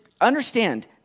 understand